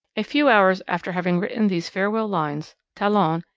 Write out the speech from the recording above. a few hours after having written these farewell lines, talon,